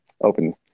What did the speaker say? open